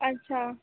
अच्छा